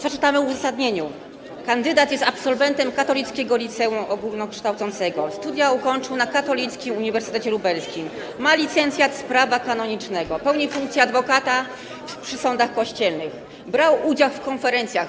Jak czytaliśmy w uzasadnieniu, kandydat jest absolwentem katolickiego liceum ogólnokształcącego, studia ukończył na Katolickim Uniwersytecie Lubelskim, ma licencjat z prawa kanonicznego, pełni funkcję adwokata przy sądach kościelnych, brał udział w konferencjach.